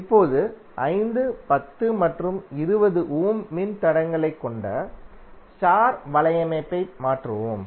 இப்போது 5 10 மற்றும் 20 ஓம் மின்தடையங்களைக் கொண்ட ஸ்டார் வலையமைப்பை மாற்றுவோம்